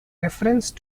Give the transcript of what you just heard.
reference